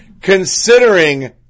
considering